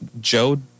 Joe